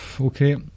okay